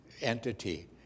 entity